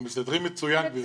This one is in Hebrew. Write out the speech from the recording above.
אנחנו מסתדרים מצוין, גברתי.